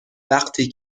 وقتی